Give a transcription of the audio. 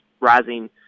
rising